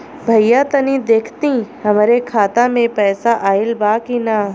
भईया तनि देखती हमरे खाता मे पैसा आईल बा की ना?